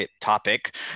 topic